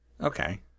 Okay